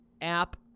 app